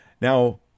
Now